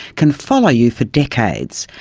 can follow you for decades.